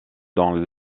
dans